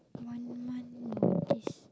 one month notice